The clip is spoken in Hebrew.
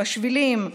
בשבילים.